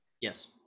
yes